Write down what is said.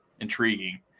intriguing